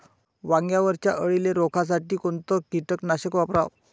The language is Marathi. वांग्यावरच्या अळीले रोकासाठी कोनतं कीटकनाशक वापराव?